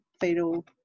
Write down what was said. fetal